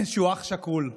שהוא אח שכול,